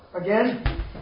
again